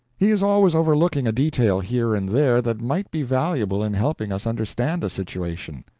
he is always overlooking a detail here and there that might be valuable in helping us understand a situation.